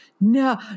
no